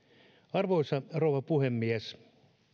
arvoisa rouva puhemies